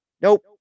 Nope